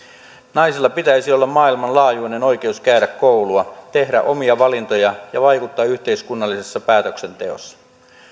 naisilla pitäisi olla maailmanlaajuinen oikeus käydä koulua tehdä omia valintoja ja vaikuttaa yhteiskunnallisessa päätöksenteossa